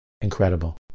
Incredible